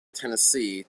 tennessee